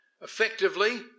Effectively